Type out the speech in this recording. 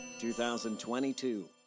2022